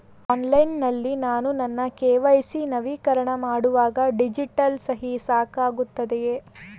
Online ನಲ್ಲಿ ನಾನು ನನ್ನ ಕೆ.ವೈ.ಸಿ ನವೀಕರಣ ಮಾಡುವಾಗ ಡಿಜಿಟಲ್ ಸಹಿ ಸಾಕಾಗುತ್ತದೆಯೇ?